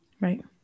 Right